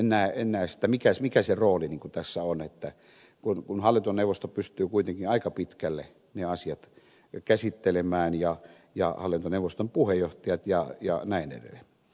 en näe sitä mikä sen rooli tässä on kun hallintoneuvosto pystyy kuitenkin aika pitkälle ne asiat käsittelemään ja hallintoneuvoston puheenjohtajat ja näin edelleen